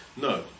No